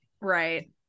right